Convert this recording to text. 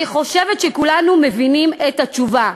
אני חושבת שכולנו מבינים את התשובה.